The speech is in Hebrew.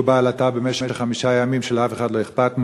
בעלטה במשך חמישה ימים ולאף אחד לא אכפת מהם,